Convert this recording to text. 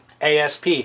ASP